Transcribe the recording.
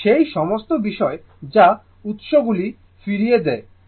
এটি সেই সমস্ত বিষয় যা উৎসগুলি ফিরিয়ে দেয়